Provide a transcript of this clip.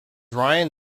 ryan